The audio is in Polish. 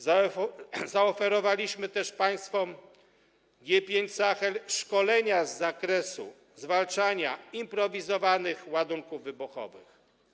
Zaoferowaliśmy też państwom G5 Sahel szkolenia z zakresu zwalczania improwizowanych ładunków wybuchowych.